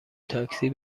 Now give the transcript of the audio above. تاکسی